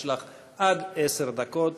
יש לך עד עשר דקות.